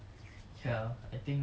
is it not